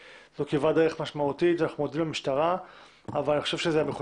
זו כברת דרך משמעותית ואנחנו מודים למשטרה אבל